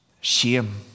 Shame